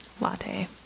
latte